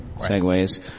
Segways